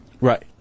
Right